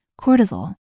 cortisol